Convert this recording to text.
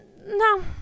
no